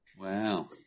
Wow